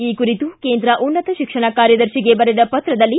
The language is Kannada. ಈ ಕುರಿತು ಕೇಂದ್ರ ಉನ್ನತ ಶಿಕ್ಷಣ ಕಾರ್ಯದರ್ಶಿಗೆ ಬರೆದ ಪತ್ರದಲ್ಲಿ